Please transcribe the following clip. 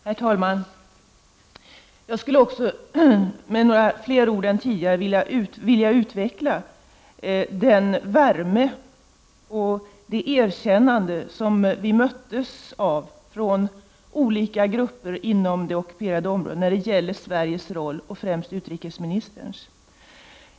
Herr talman! Jag skulle med några fler ord än tidigare vilja redovisa den värme och det erkännande som vi från olika grupper inom det ockuperade området möttes av när det gäller Sveriges och främst utrikesministerns roll.